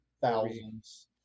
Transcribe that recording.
thousands